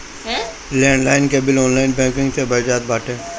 land line के bill online banking से भरा जात बाटे